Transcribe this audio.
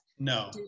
No